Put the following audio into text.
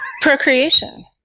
Procreation